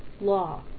law